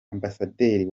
ambasaderi